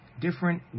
different